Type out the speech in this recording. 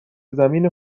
زمین